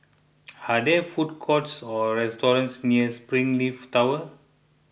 are there food courts or restaurants near Springleaf Tower